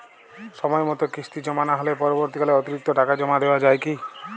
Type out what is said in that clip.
সময় মতো কিস্তি জমা না হলে পরবর্তীকালে অতিরিক্ত টাকা জমা দেওয়া য়ায় কি?